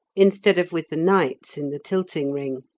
instead of with the knights in the tilting ring.